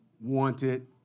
wanted